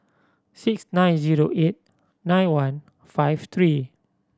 six nine zero eight nine one five three